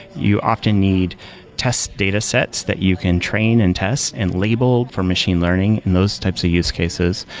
you often need test data sets that you can train and test and label for machine learning in those types of use cases.